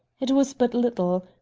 it was but little.